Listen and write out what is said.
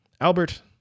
Albert